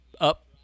up